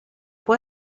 può